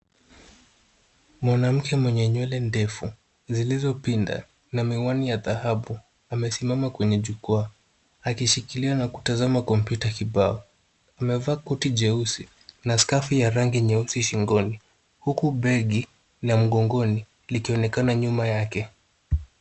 Mwanamke mwenye nywele ndefu zilizopinda ,na miwani ya dhahabu amesimama kwenye jukwaa akishikilia na kutazama komputa kibao. Amevaa koti jeusi na skafu ya rangi nyeusi shingoni huku begi la mgongoni likionekana nyuma yake.